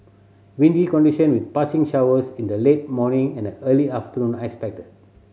windy condition with passing showers in the late morning and early afternoon are expected